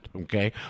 Okay